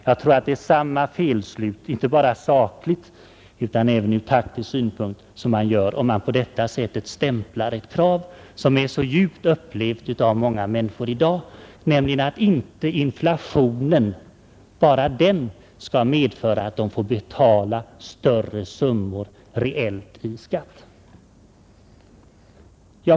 Jag tror att det är samma felslut, inte bara sakligt utan även ur taktisk synpunkt, som man gör om man på detta sätt stämplar ett krav som i dag är så djupt upplevt av många människor, nämligen att inflationen ensam inte skall medföra att de reellt får betala större summor i skatt.